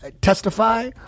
testify